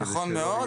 נכון מאוד.